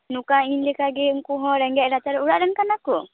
ᱱᱚᱝᱠᱟ ᱤᱧ ᱞᱮᱠᱟᱜᱮ ᱩᱱᱠᱩ ᱦᱚᱸ ᱨᱮᱸᱜᱮᱡ ᱱᱟᱪᱟᱨ ᱚᱲᱟᱜ ᱨᱮᱱ ᱠᱟᱱᱟᱠᱚ